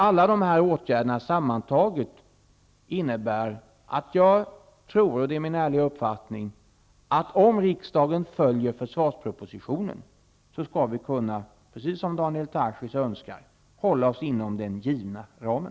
Alla åtgärderna sammantaget innebär att jag tror -- och det är min ärliga uppfattning -- att om riksdagen följer försvarspropositionen skall vi kunna, precis som Daniel Tarschys önskar, hålla oss inom den givna ramen.